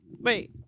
Wait